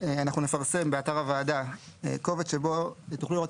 אנחנו נפרסם באתר הוועדה קובץ שבו תוכלו לראות